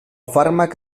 fàrmac